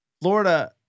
Florida